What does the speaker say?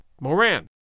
Moran